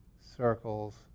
circles